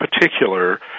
particular